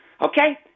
okay